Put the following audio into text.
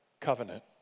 covenant